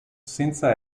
senza